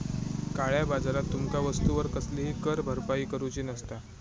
काळया बाजारात तुमका वस्तूवर कसलीही कर भरपाई करूची नसता